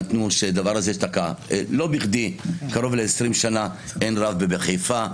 לא בכדי קרוב ל-20 שנה אין רב בחיפה,